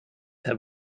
have